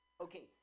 Okay